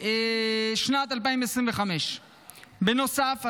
שנת 2025. בנוסף,